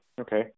Okay